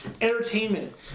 entertainment